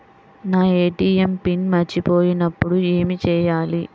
నా ATM PIN మర్చిపోయినప్పుడు ఏమి చేయాలి?